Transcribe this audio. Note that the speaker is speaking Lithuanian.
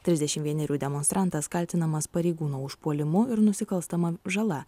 trisdešim vienerių demonstrantas kaltinamas pareigūno užpuolimu ir nusikalstama žala